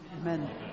Amen